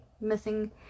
missing